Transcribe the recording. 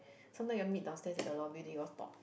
sometime you all meet downstairs at the lobby then you all talk